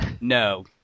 No